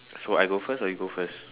so I go first or you go first